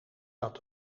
dat